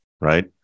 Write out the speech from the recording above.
Right